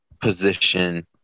position